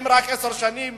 רק עשר שנים